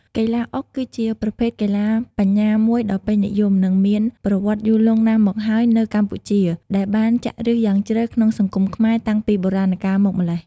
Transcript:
កីឡាអុកគឺជាប្រភេទកីឡាបញ្ញាមួយដ៏ពេញនិយម និងមានប្រវត្តិយូរលង់ណាស់មកហើយនៅកម្ពុជា ដែលបានចាក់ឫសយ៉ាងជ្រៅក្នុងសង្គមខ្មែរតាំងពីបុរាណកាលមកម៉្លេះ។